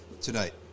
tonight